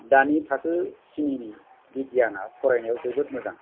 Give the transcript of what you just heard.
दानि थाखो स्निनि लुधियाना फरायनायाव जोबोर मोजां